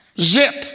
Zip